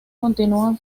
continúan